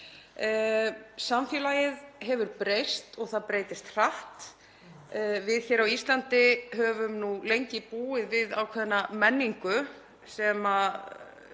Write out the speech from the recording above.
Samfélagið hefur breyst og það breytist hratt. Við hér á Íslandi höfum nú lengi búið við ákveðna menningu sem við